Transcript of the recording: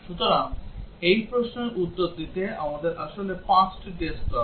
সুতরাং এই প্রশ্নের উত্তর দিতে আমাদের আসলে 5 টি টেস্ট কেস দরকার